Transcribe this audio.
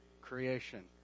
creation